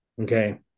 Okay